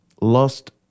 lost